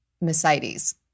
Mercedes